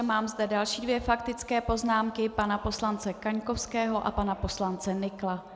Mám zde další dvě faktické poznámky pana poslance Kaňkovského a pana poslance Nykla.